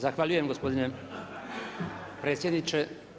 Zahvaljujem gospodine predsjedniče.